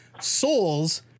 souls